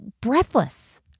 breathless